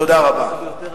תודה רבה.